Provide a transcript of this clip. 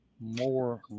more